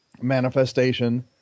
manifestation